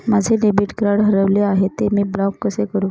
माझे debit card हरविले आहे, ते मी ब्लॉक कसे करु?